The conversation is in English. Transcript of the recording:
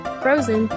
frozen